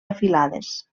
afilades